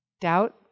doubt